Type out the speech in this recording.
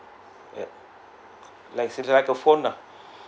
yup like like a phone lah